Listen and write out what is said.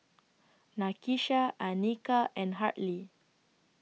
Nakisha Anika and Hartley